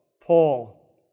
Paul